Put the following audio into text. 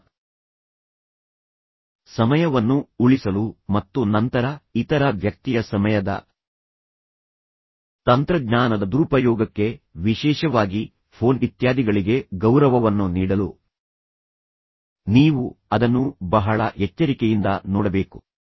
ನಿಮ್ಮ ಸಮಯವನ್ನು ಉಳಿಸಲು ಮತ್ತು ನಂತರ ಇತರ ವ್ಯಕ್ತಿಯ ಸಮಯದ ತಂತ್ರಜ್ಞಾನದ ದುರುಪಯೋಗಕ್ಕೆ ವಿಶೇಷವಾಗಿ ಫೋನ್ ಇತ್ಯಾದಿಗಳಿಗೆ ಗೌರವವನ್ನು ನೀಡಲು ನೀವು ಅದನ್ನು ಬಹಳ ಎಚ್ಚರಿಕೆಯಿಂದ ನೋಡಬೇಕು